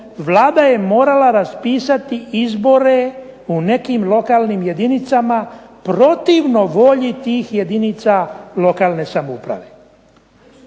Vlada je morala propisati izbore u nekim jedinicama, protivno volji tih jedinica lokalne samouprave.